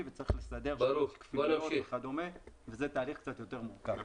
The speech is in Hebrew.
וצריך לסדר וזה תהליך קצת יותר מורכב.